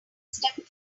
step